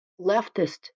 leftist